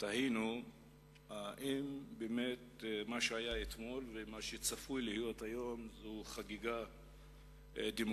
תהינו האם באמת מה שהיה אתמול ומה שצפוי להיות היום הוא חגיגה דמוקרטית,